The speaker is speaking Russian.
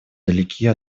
далеки